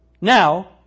Now